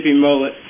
Mullet